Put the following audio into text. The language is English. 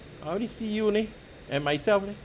I only see you leh and myself leh